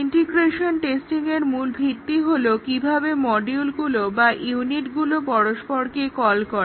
integration টেস্টিংয়ের মূল ভিত্তি হলো কিভাবে মডিউলগুলো বা ইউনিটগুলো পরস্পরকে কল করে